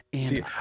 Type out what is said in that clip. See